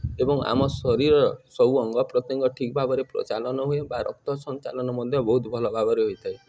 ଏବଂ ଆମ ଶରୀର ସବୁ ଅଙ୍ଗପ୍ରତ୍ୟଙ୍ଗ ଠିକ୍ ଭାବରେ ପ୍ରଚଳନ ହୁଏ ବା ରକ୍ତ ସଞ୍ଚାଳନ ମଧ୍ୟ ବହୁତ ଭଲ ଭାବରେ ହୋଇଥାଏ